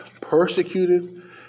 persecuted